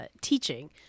teaching